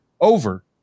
over